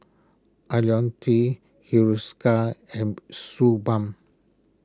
Ionil T Hiruscar and Suu Balm